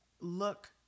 look